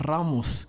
Ramos